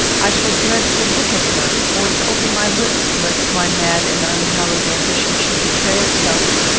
i shall dread to look at her, or to open my lips, lest my mad and unhallowed ambition should betray itself.